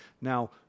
Now